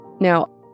Now